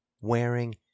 wearing